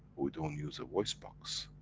we don't use a voice box.